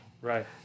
Right